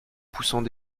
poussant